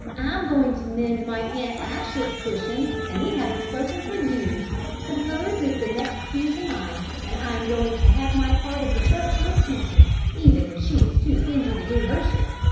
i'm going to mend my aunt achsa's cushion, and we haven't spoken for years but hers is the next pew to mine, and i'm going to have my part of the church look decent, even if she is too stingy to do her share.